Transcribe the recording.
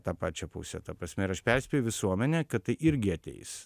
tą pačią pusę ta prasme ir aš perspėju visuomenę kad tai irgi ateis